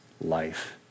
life